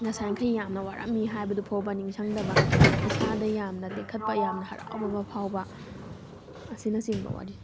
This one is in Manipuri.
ꯉꯁꯥꯏꯈꯩ ꯌꯥꯝꯅ ꯋꯥꯔꯝꯃꯤ ꯍꯥꯏꯕꯗꯨ ꯐꯥꯎꯕ ꯅꯤꯡꯁꯤꯡꯗꯕ ꯏꯁꯥꯗ ꯌꯥꯝꯅ ꯇꯦꯈꯠꯄ ꯌꯥꯝꯅ ꯍꯔꯥꯎꯕ ꯑꯃ ꯐꯥꯎꯕ ꯑꯁꯤꯅ ꯆꯤꯡꯕ ꯋꯥꯔꯤ